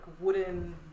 wooden